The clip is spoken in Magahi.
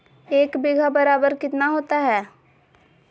एक बीघा बराबर कितना होता है?